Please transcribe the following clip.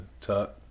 tuck